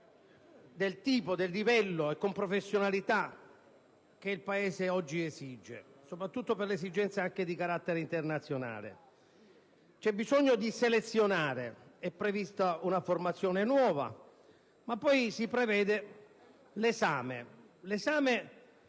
essere del livello e della professionalità che il Paese oggi esige, anche e soprattutto per esigenze di carattere internazionale. C'è bisogno di selezionare: è prevista una formazione nuova, ma poi si prevede l'esame